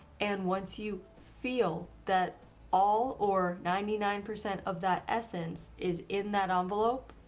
and once you feel that all or ninety nine percent of that essence is in that envelope,